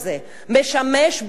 משמש בהחלט,